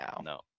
No